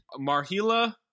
Marhila